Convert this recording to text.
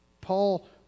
Paul